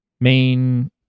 main